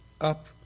up